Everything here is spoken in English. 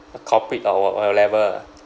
a culprit our our level ah